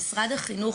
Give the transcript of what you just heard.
משרד החינוך,